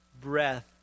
breath